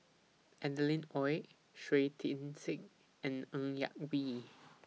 Adeline Ooi Shui Tit Sing and Ng Yak Whee